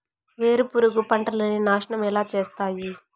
వేరుపురుగు పంటలని నాశనం ఎలా చేస్తాయి?